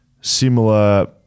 similar –